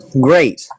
Great